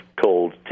called